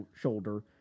shoulder